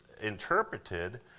interpreted